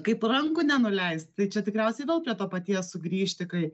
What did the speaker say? kaip rankų nenuleisttai čia tikriausiai vėl prie to paties sugrįžti kai